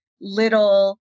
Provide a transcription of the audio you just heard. little